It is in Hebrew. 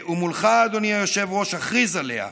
ומולך, אדוני היושב-ראש, אכריז עליה,